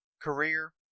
career